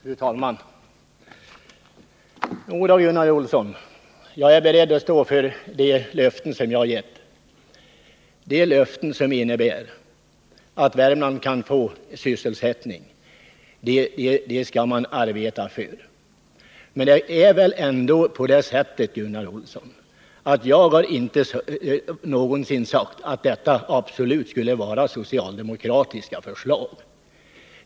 Fru talman! Jodå, Gunnar Olsson, jag är beredd att stå för de löften som jag har gett, de löften som innebär att Värmland kan få sysselsättning. Det skall man arbeta för. Men det är väl ändå så, Gunnar Olsson, att jag aldrig någonsin har sagt att detta absolut skulle vara socialdemokratiska förslag.